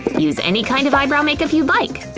use any kind of eyebrow makeup you'd like,